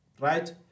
right